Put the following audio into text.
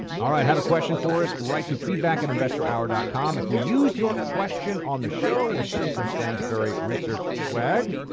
all right, have a question for us? write to feedback and investorhour and com. if we use your question on the show, we'll send some stansberry research swag.